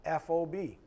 FOB